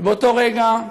ובאותו רגע,